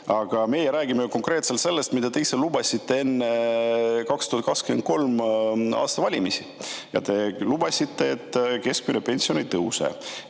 Aga meie räägime konkreetselt sellest, mida te ise lubasite enne 2023. aasta valimisi. Te lubasite, et keskmine pension ei tõuse.